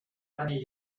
many